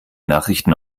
nachrichten